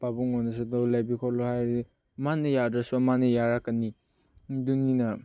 ꯄꯥꯕꯨꯡꯗꯁꯨ ꯑꯗꯨ ꯂꯩꯕꯤꯌꯣ ꯈꯣꯠꯂꯣ ꯍꯥꯏꯔꯗꯤ ꯑꯃꯅ ꯌꯥꯗ꯭ꯔꯁꯨ ꯑꯃꯅ ꯌꯥꯔꯛꯀꯅꯤ ꯑꯗꯨꯅꯤꯅ